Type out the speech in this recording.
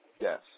Yes